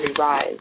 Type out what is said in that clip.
rise